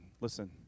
listen